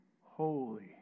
Holy